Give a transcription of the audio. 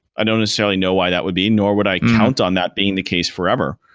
i don't necessarily know why that would be, nor would i count on that being the case forever,